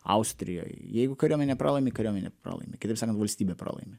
austrijoj jeigu kariuomenė pralaimi kariuomenė pralaimi kitaip sakant valstybė pralaimi